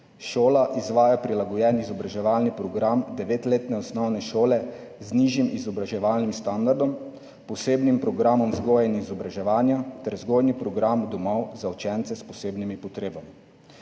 Šola izvaja prilagojen izobraževalni program devetletne osnovne šole z nižjim izobraževalnim standardom, posebnim programom vzgoje in izobraževanja ter vzgojni program domov za učence s posebnimi potrebami.